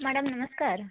madam ନମସ୍କାର